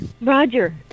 Roger